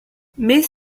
mais